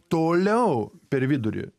toliau per vidurį